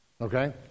Okay